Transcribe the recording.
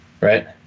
Right